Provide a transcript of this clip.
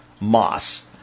moss